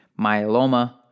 myeloma